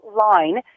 line